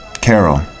Carol